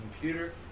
computer